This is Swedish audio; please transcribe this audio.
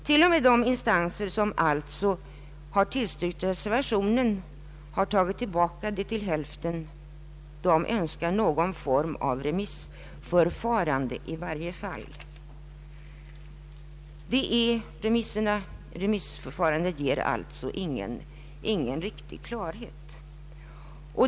Till och med de instanser som alltså har tillstyrkt reservationen har till hälften tagit tillbaka, och de önskar ändå någon form av remissförfarande. Utskottets remissvar ger alltså ingen riktig klarhet.